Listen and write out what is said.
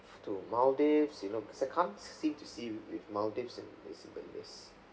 to maldives you know because I can't seem to see with maldives and this like this